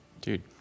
Dude